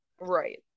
right